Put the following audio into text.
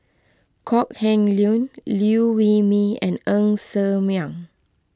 Kok Heng Leun Liew Wee Mee and Ng Ser Miang